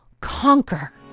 conquer